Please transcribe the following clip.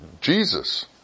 Jesus